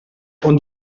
und